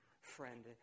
friend